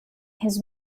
his